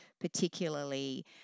particularly